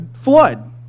flood